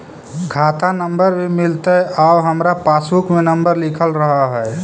खाता नंबर भी मिलतै आउ हमरा पासबुक में नंबर लिखल रह है?